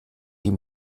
ihm